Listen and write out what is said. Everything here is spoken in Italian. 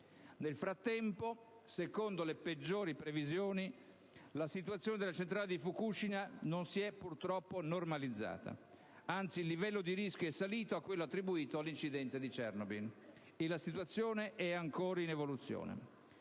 Nel frattempo, secondo le peggiori previsioni, la situazione della centrale di Fukushima non si è purtroppo normalizzata, anzi il livello di rischio è salito a quello attribuito all'incidente di Chernobyl. E la situazione è ancora in evoluzione.